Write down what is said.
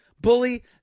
Bully